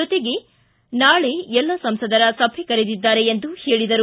ಜೊತೆಗೆ ನಾಳೆ ಎಲ್ಲ ಸಂಸದರ ಸಭೆ ಕರೆದಿದ್ದಾರೆ ಎಂದು ಹೇಳಿದರು